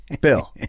bill